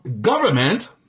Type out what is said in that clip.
government